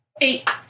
Eight